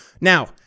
Now